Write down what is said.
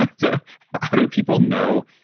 ah so how do people know,